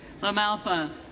Lamalfa